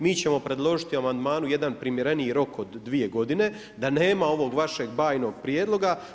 Mi ćemo predložiti amandmanu jedan primjereniji rok od 2 godine da nema ovog vašeg bajnog prijedloga.